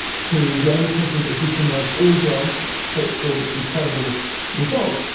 to the only country that decriminalised all drugs, portugal, with incredible results.